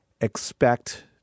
expect